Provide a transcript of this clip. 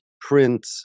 print